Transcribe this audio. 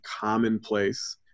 commonplace